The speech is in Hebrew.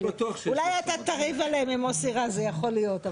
אולי אתה תריב עליהם עם מוסי רז זה יכול להיות,